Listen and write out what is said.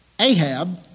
Ahab